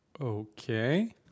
Okay